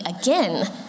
again